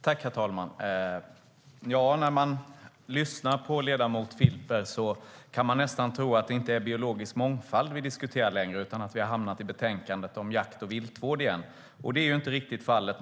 Herr talman! När man lyssnar på ledamot Filper kan man nästan tro att det inte är biologisk mångfald vi diskuterar utan att vi har hamnat i betänkandet om jakt och viltvård igen, och det är inte riktigt fallet.